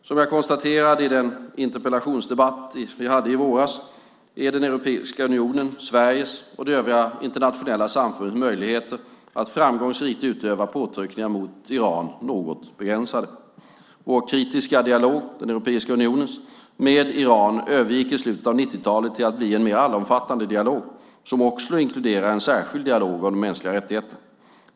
Som jag konstaterade i interpellationsdebatten med Amineh Kakabaveh i våras är Europeiska unionens, Sveriges och det övriga internationella samfundets möjligheter att framgångsrikt utöva påtryckningar mot Iran något begränsade. Europeiska unionens kritiska dialog med Iran övergick i slutet av 90-talet till att bli en mer allomfattande dialog, som också inkluderade en särskild dialog om de mänskliga rättigheterna.